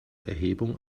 erhebung